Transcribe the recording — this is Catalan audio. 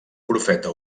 profeta